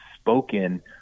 spoken